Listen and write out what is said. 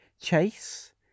Chase